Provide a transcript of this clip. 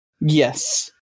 Yes